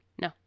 No